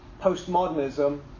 postmodernism